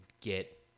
get